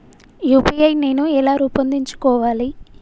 UPI నేను ఎలా రూపొందించుకోవాలి?